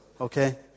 Okay